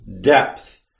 depth